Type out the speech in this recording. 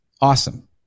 awesome